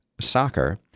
soccer